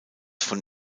von